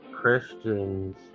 Christians